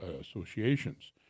associations